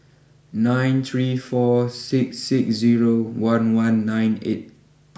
nine three four six six zero one one nine eight